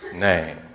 name